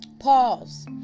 Pause